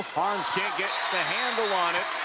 harms can't get the handle on it